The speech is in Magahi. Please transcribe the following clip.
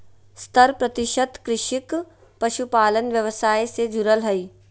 सत्तर प्रतिशत कृषक पशुपालन व्यवसाय से जुरल हइ